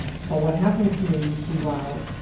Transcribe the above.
so what happens here, you see wow,